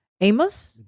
amos